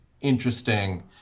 interesting